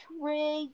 Trig